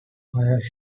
higher